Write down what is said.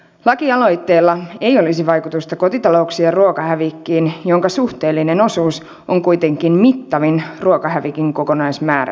lakialoitteella ei olisi vaikutusta kotitalouksien ruokahävikkiin jonka suhteellinen osuus on kuitenkin mittavin ruokahävikin kokonaismäärästä